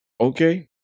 Okay